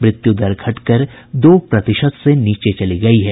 मृत्यु दर घटकर दो प्रतिशत से नीचे चली गई है